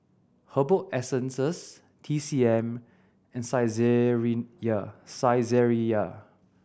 Herbal Essences T C M and Saizeriya Saizeriya